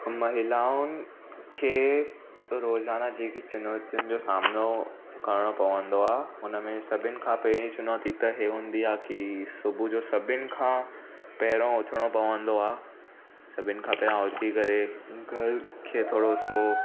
महिलाउनि खे रोज़ाना जेकी चुनौतियुनि जो सामनो करिणो पवंदो आहे हुन में सभिनी खां पहिरीं चुनौती त इहा हूंदी आहे की सुबुह जो सभिनी खां पहिरों उथिणो पवंदो आहे सभिनी खां पहिरां उथी करे घर खे थोरो सो